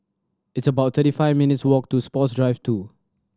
it's about thirty five minutes' walk to Sports Drive Two